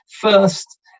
first